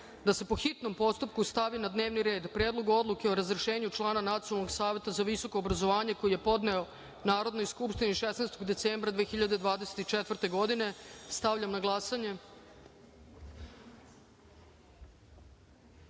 da se, po hitnom postupku, stavi na dnevni red Predlog odluke o razrešenju člana Nacionalnog saveta za visoko obrazovanje, koji je podneo Narodnoj skupštini 16. decembra 2024. godine. Stavljam na glasanje